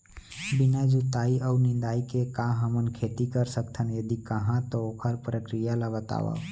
बिना जुताई अऊ निंदाई के का हमन खेती कर सकथन, यदि कहाँ तो ओखर प्रक्रिया ला बतावव?